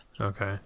okay